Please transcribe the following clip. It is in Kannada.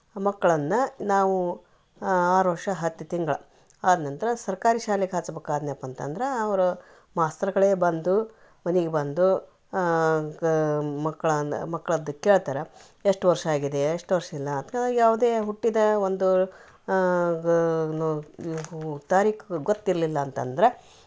ಮಕ್ಕಳನ್ನ ನಾವು ಆರು ವರ್ಷ ಹತ್ತು ತಿಂಗಳು ಆದ ನಂತ್ರ ಸರ್ಕಾರಿ ಶಾಲೆಗೆ ಹಾಚ್ಬೇಕು ಆದ್ನ್ಯಾಪ್ಪಂತಂದರೆ ಅವರು ಮಾಸ್ತರ್ಗಳೇ ಬಂದು ಮನೆಗೆ ಬಂದು ಗ ಮಕ್ಳನ್ನ ಮಕ್ಳ ಹತ್ರ ಕೇಳ್ತಾರ ಎಷ್ಟು ವರ್ಷ ಆಗಿದೆ ಎಷ್ಟು ವರ್ಷ ಎಲ್ಲ ಯಾವುದೇ ಹುಟ್ಟಿದ ಒಂದು ಆ ತಾರೀಖು ಗೊತ್ತಿರಲಿಲ್ಲ ಅಂತಂದರೆ